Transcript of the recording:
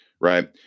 right